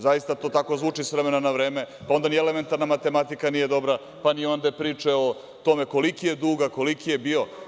Zaista to tako zvuči sa vremena na vreme, pa onda ni elementarna matematika nije dobra, pa ni onda priče o tome koliki je dug, a koliki je bio.